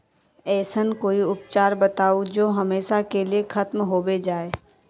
ऐसन कोई उपचार बताऊं जो हमेशा के लिए खत्म होबे जाए?